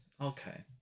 okay